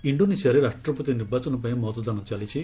ଇଣ୍ଡୋନେସିଆରେ ରାଷ୍ଟ୍ରପତି ନିର୍ବାଚନ ପାଇଁ ମତଦାନ ଚାଲିଛି